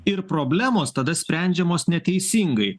ir problemos tada sprendžiamos neteisingai